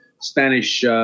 Spanish